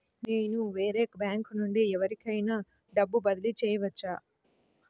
నేను వేరే బ్యాంకు నుండి ఎవరికైనా డబ్బు బదిలీ చేయవచ్చా?